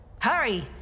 Hurry